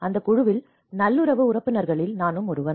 அந்த குழுவில் நல்லுறவு உறுப்பினர்களில் நானும் ஒருவன்